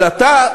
אבל אתה,